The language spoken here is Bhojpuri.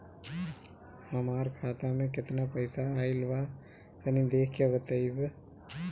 हमार खाता मे केतना पईसा आइल बा तनि देख के बतईब?